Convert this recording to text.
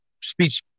speech